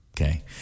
Okay